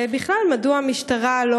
ובכלל, מדוע המשטרה לא